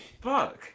fuck